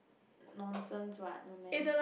nonsense what no meh